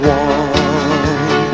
one